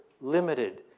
limited